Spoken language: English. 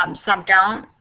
um some don't.